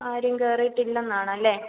ആരും കയറിയിട്ടില്ല എന്നാണല്ലേ